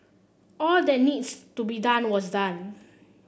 all that needs to be done was done